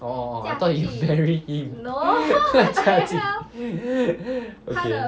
orh orh I thought you marry him okay